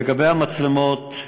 לגבי המצלמות,